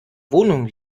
wohnung